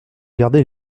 garder